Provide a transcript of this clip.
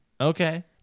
Okay